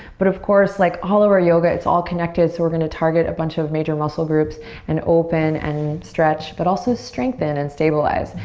but of course, like all of our yoga it's all connected, so we're going to target a bunch of major muscle groups and open and stretch, but also strengthen and stabilize.